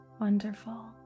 wonderful